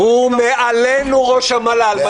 הוא מעלינו, ראש המל"ל.